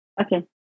Okay